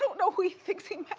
know who he thinks he